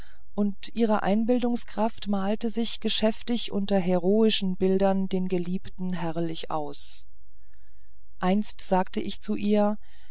und ihre einbildungskraft malte sich geschäftig unter heroischen bildern den geliebten herrlich aus einst sagte ich ihr